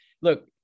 look